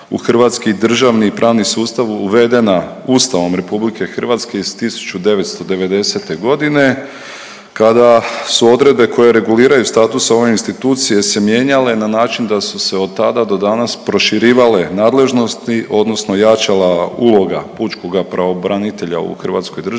u hrvatski državni i pravni sustav uvedena Ustavom RH iz 1990. godine kada su odredbe koje reguliraju status ove institucije se mijenjale na način da su se od tada do danas proširivale nadležnosti odnosno jačala uloga pučkoga pravobranitelja u hrvatskoj državi